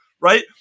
right